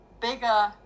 bigger